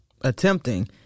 attempting